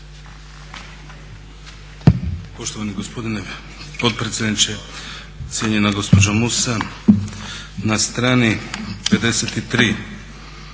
Poštovani gospodine potpredsjedniče, cijenjena gospođo Musa na strani 53